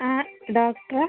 S ഡോക്ടറാ